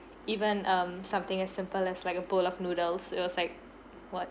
even um something as simple as like a bowl of noodles it was like what